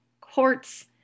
courts